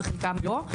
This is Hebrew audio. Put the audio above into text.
וחלקם לא.